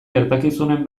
gertakizunen